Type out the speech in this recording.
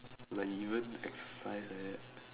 like he even exercise eh